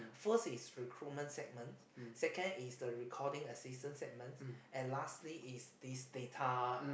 first is recruitment segment second is the recording assistant segments and lastly is this data